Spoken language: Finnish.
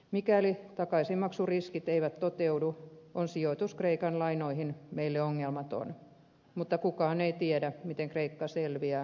mikäli takaisinmaksuriskit eivät toteudu on sijoitus kreikan lainoihin meille ongelmaton mutta kukaan ei tiedä miten kreikka selviää avusta huolimatta